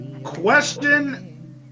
Question